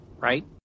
right